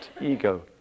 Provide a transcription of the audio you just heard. ego